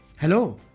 Hello